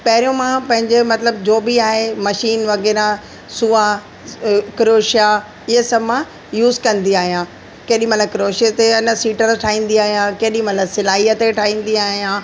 पहिरियों मां पंहिंजे मतिलब जो बि आहे मशीन वग़ैरह सूआ क्रुश आहे इहे सभु मां यूस कंदी आहियां केॾी महिल क्रोशे ते एन सीटर ठाहींदी आहियां केॾी महिल सिलाईअ ते ठाहींदी आहियां